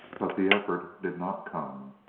but the effort did not come.